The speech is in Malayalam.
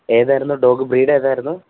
ഏതായിരുന്നു ഡോഗ് ബ്രീഡേതായിരുന്നു